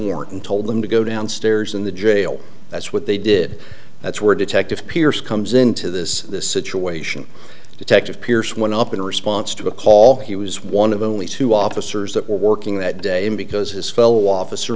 warrant and told them to go downstairs in the jail that's what they did that's where detective pierce comes into this situation detective pierce went up in response to a call he was one of only two officers that were working that day because his fellow officer